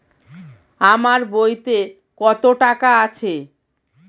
আমার বইতে কত টাকা আছে?